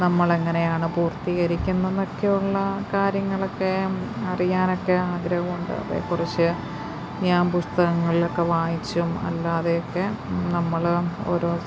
നമ്മളെങ്ങനെയാണ് പൂർത്തീകരിക്കുന്നതെന്നൊക്കെയുള്ള കാര്യങ്ങളൊക്കെയും അറിയാനൊക്കെ ആഗ്രഹമുണ്ട് അതേക്കുറിച്ച് ഞാൻ പുസ്തകങ്ങളിലൊക്കെ വായിച്ചും അല്ലാതെയൊക്കെ നമ്മൾ ഓരോ